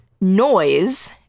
noise